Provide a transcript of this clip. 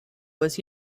was